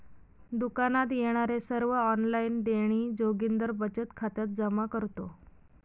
दुकानात येणारे सर्व ऑनलाइन देणी जोगिंदर बचत खात्यात जमा करतो